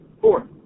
four